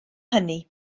hynny